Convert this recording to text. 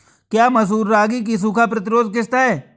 क्या मसूर रागी की सूखा प्रतिरोध किश्त है?